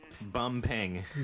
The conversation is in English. Bumping